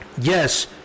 Yes